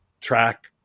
track